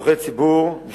לצורכי ציבור.